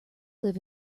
live